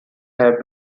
have